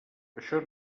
això